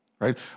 right